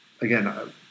Again